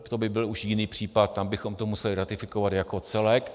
To by byl už jiný případ, tam bychom to museli ratifikovat jako celek.